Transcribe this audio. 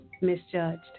misjudged